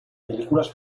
películas